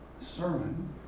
sermon